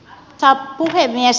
arvoisa puhemies